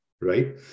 Right